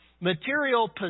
material